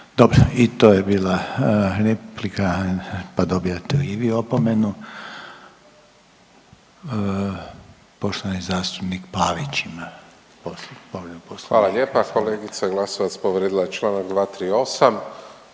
Dobro i to je bila replika, pa dobijate i vi opomenu. Poštovani zastupnik Pavić ima povredu Poslovnika. **Pavić, Marko (HDZ)** Hvala lijepa. Kolegica Glasovac povrijedila je članak 238.